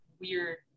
weird